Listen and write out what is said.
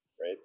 Right